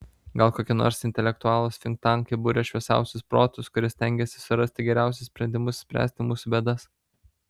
gal kokie nors intelektualūs finktankai buria šviesiausius protus kurie stengiasi surasti geriausius sprendimus spręsti mūsų bėdas